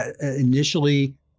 initially